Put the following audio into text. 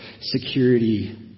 security